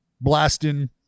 blasting